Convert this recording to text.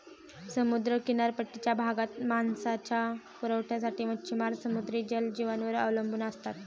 समुद्र किनारपट्टीच्या भागात मांसाच्या पुरवठ्यासाठी मच्छिमार समुद्री जलजीवांवर अवलंबून असतात